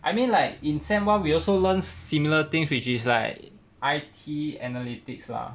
I mean like in semester one we also learn similar things which is like I_T analytics lah